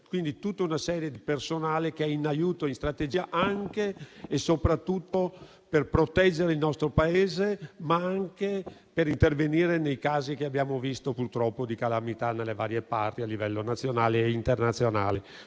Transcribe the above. tutta una serie di personale in aiuto strategico soprattutto per proteggere il nostro Paese, ma anche per intervenire nei casi - li abbiamo visti, purtroppo - di calamità nelle varie parti a livello nazionale e internazionale